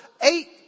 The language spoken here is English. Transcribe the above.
eight